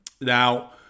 Now